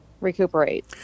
recuperate